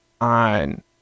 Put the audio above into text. on